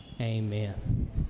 amen